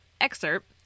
excerpt